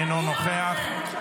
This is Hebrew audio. נראה,